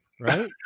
right